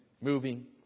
moving